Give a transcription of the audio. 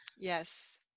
Yes